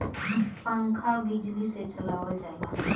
पंखा बिजली से चलावल जाला